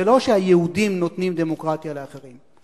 זה לא שהיהודים נותנים דמוקרטיה לאחרים.